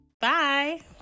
Bye